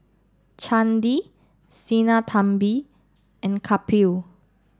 Chandi Sinnathamby and Kapil